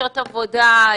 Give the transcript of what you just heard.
שעות עבודה,